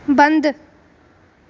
बंद